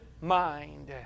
mind